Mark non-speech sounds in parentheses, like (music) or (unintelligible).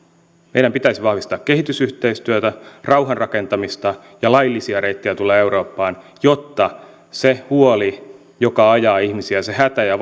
meidän pitäisi vahvistaa kehitysyhteistyötä rauhanrakentamista ja laillisia reittejä tulla eurooppaan jotta se huoli joka ajaa ihmisiä se hätä ja (unintelligible)